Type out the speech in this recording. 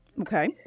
Okay